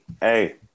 Hey